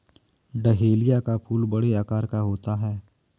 dahlia का फूल बड़े आकार का होता है